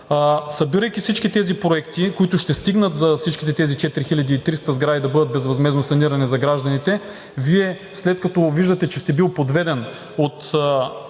Събирайки всички тези проекти, които ще стигнат за всичките тези 4300 сгради да бъдат безвъзмездно санирани за гражданите, Вие, след като виждате, че сте бил подведен от